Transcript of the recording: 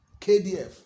KDF